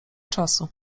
czasu